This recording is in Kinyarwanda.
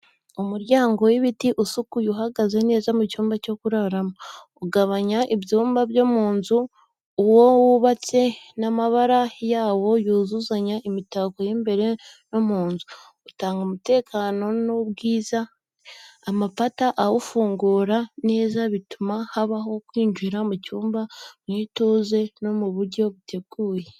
Umuryango w’ibiti usukuye uhagaze neza mu cyumba cyo kuraramo, ugabanya ibyumba byo mu nzu. Uko wubatse n’amabara yawo byuzuzanya n’imitako y’imbere mu nzu, utanga umutekano n’ubwiza. Amapata awufungura neza bituma habaho kwinjira mu cyumba mu ituze no mu buryo buteguye.